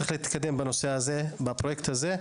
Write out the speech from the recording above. צריך להתקדם עם הפרויקט הזה,